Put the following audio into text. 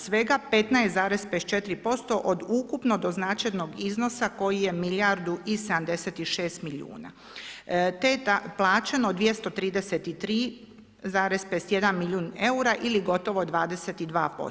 Svega 15,54% od ukupno doznačenog iznosa koji je milijardu i 76 milijuna te je plaćeno 233,51 milijun eura ili gotovo 22%